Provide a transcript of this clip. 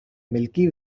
milky